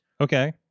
Okay